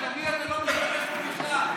כי תמיד אתה לא משתמש בו בכלל.